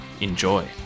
Enjoy